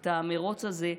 את המרוץ הזה,